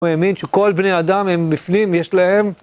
הוא האמין שכל בני אדם הם בפנים, יש להם.